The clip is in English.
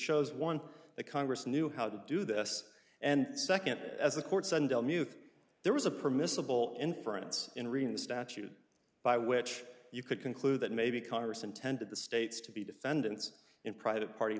shows one that congress knew how to do this and second as the courts knew there was a permissible inference in reading the statute by which you could conclude that maybe congress intended the states to be defendants in private party